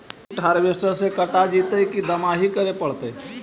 बुट हारबेसटर से कटा जितै कि दमाहि करे पडतै?